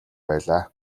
байлаа